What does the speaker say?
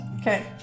Okay